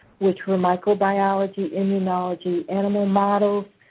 which were micro-biology, immunology, animal models,